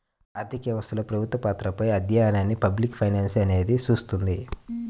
ఆర్థిక వ్యవస్థలో ప్రభుత్వ పాత్రపై అధ్యయనాన్ని పబ్లిక్ ఫైనాన్స్ అనేది చూస్తుంది